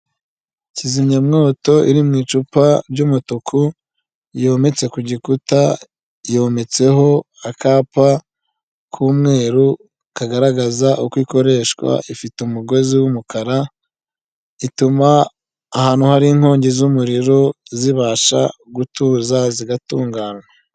Kizimyamwoto iri mu icupa ry'umutuku, yometse ku gikuta, yometseho akapa k'umweru kagaragaza uko ikoreshwa ifite umugozi w'umukara, ituma ahantu hari inkongi z'umuriro zibasha gutuza zigatunganywa.